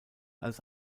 als